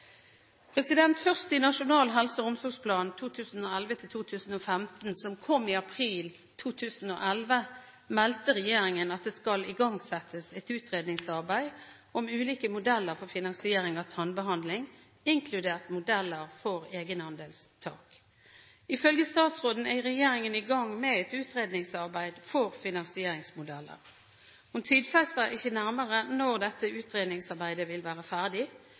Først i Nasjonal helse- og omsorgsplan 2011–2015, som kom i april 2011, meldte regjeringen at det skal igangsettes et utredningsarbeid om ulike modeller for finansiering av tannbehandling, inkludert modeller for egenandelstak. Ifølge statsråden er regjeringen i gang med et utredningsarbeid for finansieringsmodeller. Hun tidfester ikke nærmere når dette utredningsarbeidet vil være ferdig.